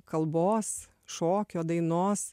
kalbos šokio dainos